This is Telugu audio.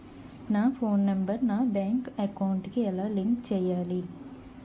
నా ఫోన్ నంబర్ నా బ్యాంక్ అకౌంట్ కి ఎలా లింక్ చేయాలి?